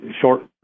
short